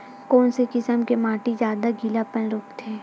कोन से किसम के माटी ज्यादा गीलापन रोकथे?